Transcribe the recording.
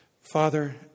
Father